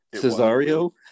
Cesario